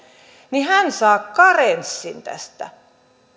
niin hän saa karenssin tästä